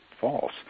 false –